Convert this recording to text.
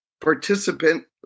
participant